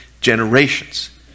generations